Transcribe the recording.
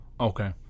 Okay